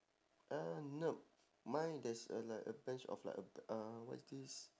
uh no mine there's uh like a bench of like a uh what is this